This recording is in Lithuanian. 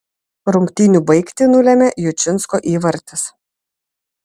rungtynių baigtį nulėmė jučinsko įvartis